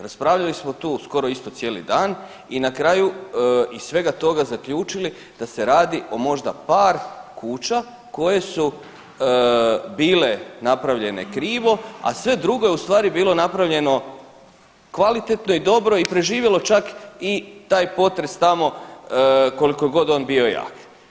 Raspravljali smo tu skoro isto cijeli dan i na kraju iz svega toga zaključili da se radi o možda par kuća koje su bile napravljene krivo, a sve drugo je u stvari bilo napravljeno kvalitetno i dobro i preživjelo čak i taj potres tamo koliko god on bio jak.